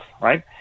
right